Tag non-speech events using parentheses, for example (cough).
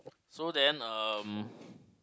so then um (breath)